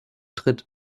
tritt